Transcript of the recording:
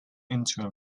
into